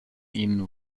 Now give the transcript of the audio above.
ihnen